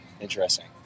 Interesting